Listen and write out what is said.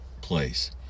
place